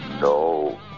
No